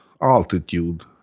altitude